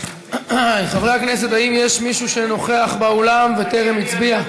חברי הכנסת, האם יש מישהו שנוכח באולם וטרם הצביע?